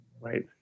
Right